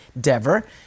Dever